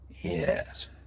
Yes